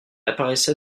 apparaissait